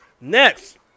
next